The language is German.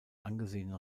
angesehenen